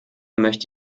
möchte